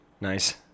nice